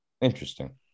Interesting